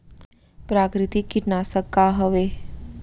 प्राकृतिक कीटनाशक का हवे?